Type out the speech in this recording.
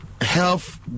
health